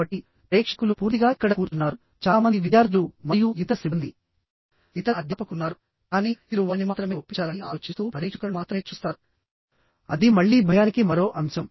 కాబట్టి ప్రేక్షకులు పూర్తిగా ఇక్కడ కూర్చున్నారు చాలా మంది విద్యార్థులు మరియు ఇతర సిబ్బంది ఇతర అధ్యాపకులు ఉన్నారుకానీ మీరు వారిని మాత్రమే ఒప్పించాలని ఆలోచిస్తూ పరీక్షకులను మాత్రమే చూస్తారుఅది మళ్ళీ భయానికి మరో అంశం